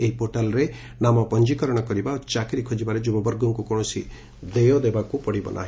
ଏହି ପୋର୍ଟାଲ୍ରେ ନାମ ପଞୀକରଣ କରିବା ଓ ଚାକିରି ଖୋଜିବାରେ ଯୁବବର୍ଗଙ୍କୁ କୌଶସି ଦେୟ ଦେବାକୁ ପଡ଼ିବ ନାହି